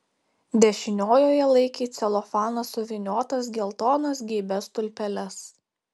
dešiniojoje laikė į celofaną suvyniotas geltonas geibias tulpeles